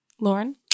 Lauren